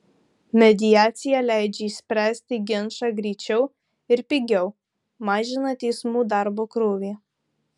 mediacija leidžia išspręsti ginčą greičiau ir pigiau mažina teismų darbo krūvį